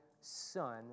son